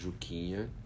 Juquinha